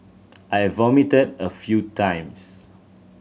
I vomited a few times